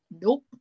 nope